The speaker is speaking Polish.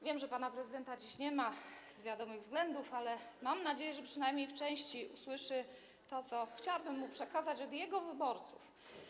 Wiem, że pana prezydenta dziś nie ma z wiadomych względów, ale mam nadzieję, że przynajmniej w części usłyszy to, co chciałabym mu przekazać od jego wyborców.